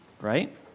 Right